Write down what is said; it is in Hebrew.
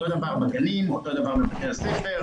אותו דבר בגנים, אותו דבר בבתי הספר.